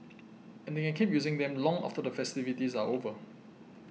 and they can keep using them long after the festivities are over